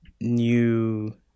new